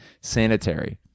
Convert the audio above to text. sanitary